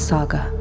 Saga